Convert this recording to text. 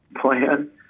plan